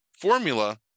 formula